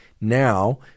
now